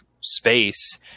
space